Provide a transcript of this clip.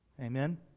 Amen